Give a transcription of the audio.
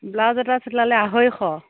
blouse এটা চিলালে আঢ়ৈশ